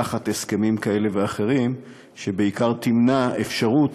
תחת הסכמים כאלה ואחרים, ובעיקר, תמנע אפשרות